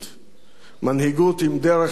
מנהיגות עם דרך וחזון,